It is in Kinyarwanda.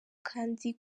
kandi